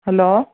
hello